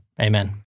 Amen